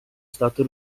stato